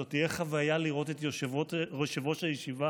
זו תהיה חוויה לראות את יושב-ראש הישיבה